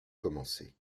commencé